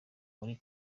muri